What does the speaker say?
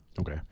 Okay